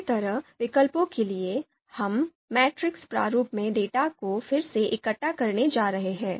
इसी तरह विकल्पों के लिए हम मैट्रिक्स प्रारूप में डेटा को फिर से इकट्ठा करने जा रहे हैं